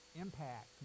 impact